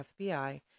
FBI